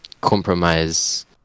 compromise